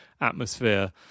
atmosphere